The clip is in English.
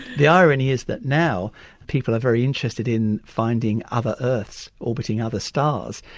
the irony is that now people are very interested in finding other earths orbiting other stars,